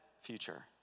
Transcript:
future